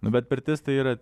nu bet pirtis tai yra